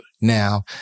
now